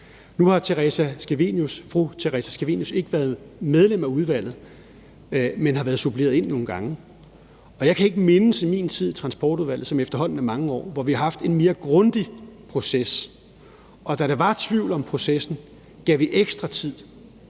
Nu har fru Theresa Scavenius ikke været medlem af udvalget, men har været suppleret ind nogle gange. Og jeg kan ikke mindes i min tid i Transportudvalget, som efterhånden har varet mange år, at vi har haft en mere grundig proces. Og da der var tvivl om processen, gav vi ekstra tid.